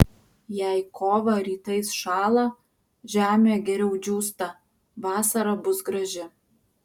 jei kovą rytais šąla žemė geriau džiūsta vasara bus graži